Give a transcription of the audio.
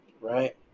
right